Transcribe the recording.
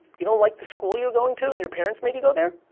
you don't like the school you're going to, and your parents made you go there?